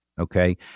okay